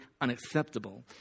unacceptable